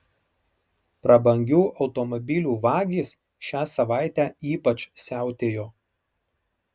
prabangių automobilių vagys šią savaitę ypač siautėjo